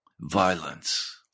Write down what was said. violence